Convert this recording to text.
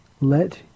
Let